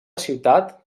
ciutat